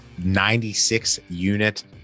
96-unit